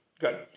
Good